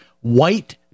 white